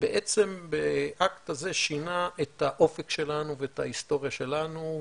ובעצם באקט הזה שינה את האופק שלנו ואת ההיסטוריה שלנו,